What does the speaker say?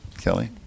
Kelly